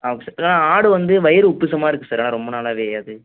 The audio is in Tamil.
ஆ ஓகே சார் இப்போல்லாம் ஆடு வந்து வயிறு உப்புசமாக இருக்குது சார் ஆனால் ரொம்ப நாளாகவே அது